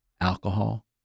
alcohol